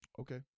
Okay